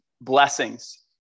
blessings